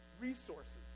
resources